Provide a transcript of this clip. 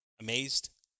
amazed